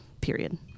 period